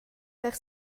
per